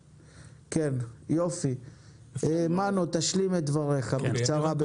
מנו תשלים את דבריך, בקצרה בבקשה.